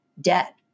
debt